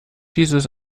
dieses